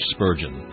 Spurgeon